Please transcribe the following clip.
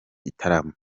gitaramo